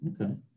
Okay